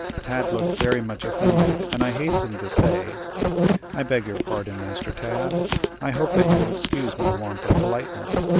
tad looked very much offended, and i hastened to say i beg your pardon, master tad i hope that you will excuse my want of politeness.